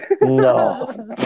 no